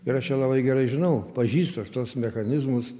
ir aš ją labai gerai žinau pažįstu aš tuos mechanizmus